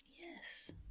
Yes